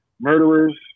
murderers